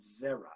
zera